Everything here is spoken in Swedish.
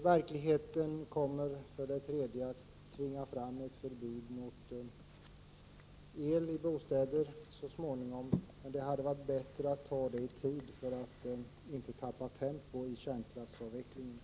Verkligheten kommer så småningom att tvinga fram ett förbud mot el i bostäder, men det hade varit bättre att besluta om det i tid, för att inte tappa tempo i kärnkraftsavvecklingen.